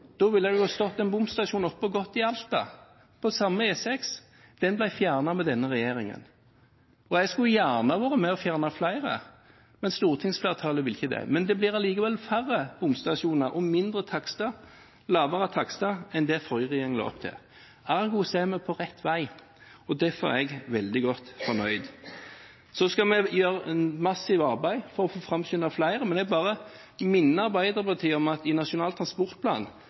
Da ville det stått en bomstasjon i Alta. Det samme med E6: Den ble fjernet med denne regjeringen. Jeg skulle gjerne vært med og fjernet flere, men stortingsflertallet vil ikke det. Men det blir allikevel færre bomstasjoner og lavere takster enn det forrige regjering lovte. Ergo er vi på rett vei. Derfor er jeg veldig godt fornøyd. Så skal vi gjøre et massivt arbeid for å få framskyndet flere. Men jeg vil bare minne Arbeiderpartiet om at i Nasjonal transportplan